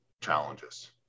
challenges